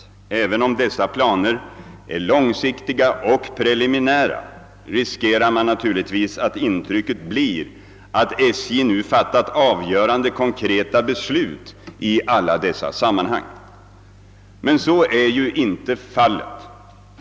Även om dessa planer är långsiktiga och preliminära, riskerar man naturligtvis att intrycket blir, att SJ nu fattat avgörande konkreta beslut i alla dessa sammanhang. Men så är inte fallet.